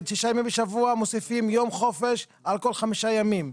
שישה ימים בשבוע מוסיפים יום חופש על כל חמישה ימים.